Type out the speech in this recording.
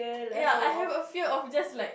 ya I have a fear of just like